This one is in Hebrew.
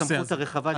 הסמכות הרחבה.